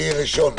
מי נגד?